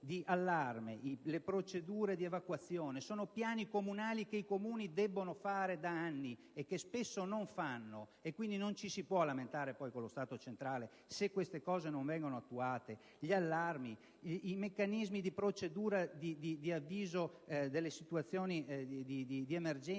di allarme e le procedure di evacuazione sono piani comunali che i Comuni debbono fare da anni e che spesso non fanno. Quindi, non ci si può lamentare poi con lo Stato centrale se queste cose non vengono attuate; mi riferisco agli allarmi, ai meccanismi di avviso nelle situazioni di emergenza,